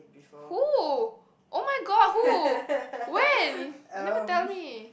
who oh-my-god who when you never tell me